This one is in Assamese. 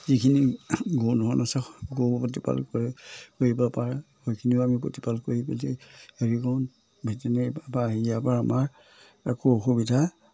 যিখিনি গো আছে গৰু প্ৰতিপাল কৰি কৰিব পাৰে সেইখিনিও আমি প্ৰতিপাল কৰি পেলাই হেৰি কৰোঁ ভেটেনেৰি বা হেৰিয়াৰ পৰা আমাৰ একো অসুবিধা